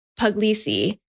Puglisi